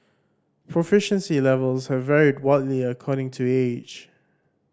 proficiency levels here varied widely according to age